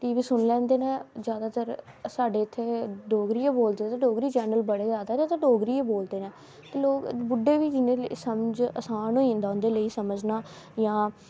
T V सुनी लैंदे न जादातर साढ़े इ'त्थें डोगरी गै बोलदे ते डोगरी चैनल बडे़ जादा ते डोगरी गै बोलदे न लोग बुड्डे बी जि'नें गी आसान होई जंदा समझना उं'दे लेई जां